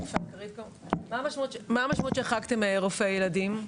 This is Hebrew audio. כך שהחרגתם רופאי ילדים?